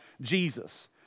Jesus